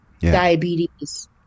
diabetes